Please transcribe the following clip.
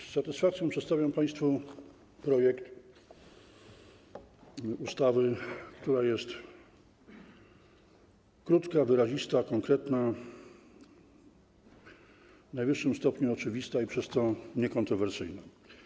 Z satysfakcją przedstawiam państwu projekt ustawy, która jest krótka, wyrazista, konkretna, w najwyższym stopniu oczywista i przez to niekontrowersyjna.